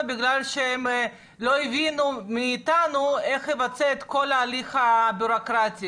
כי הם לא הבינו מאיתנו איך לבצע את כל ההליך הבירוקרטי.